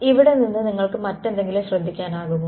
ഇവിടെ നിന്ന് നിങ്ങൾക്ക് മറ്റെന്തെങ്കിലും ശ്രദ്ധിക്കാനാകുമോ